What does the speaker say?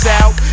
out